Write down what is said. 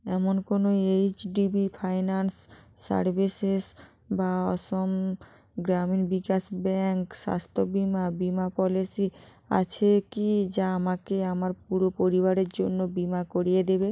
এমন কোনো H D B finance services বা অসম গ্রামীণ বিকাশ ব্যাংক স্বাস্থ্য বিমা বিমা পলিসি আছে কি যা আমাকে আমার পুরো পরিবারের জন্য বিমা করিয়ে দেবে